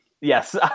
Yes